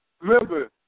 Remember